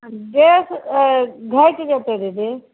डेढ़ सए घटि जेतै दीदी